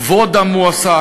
כבוד המועסק,